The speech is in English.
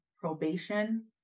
probation